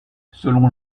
selon